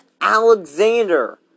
Alexander